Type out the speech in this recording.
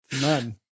None